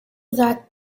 that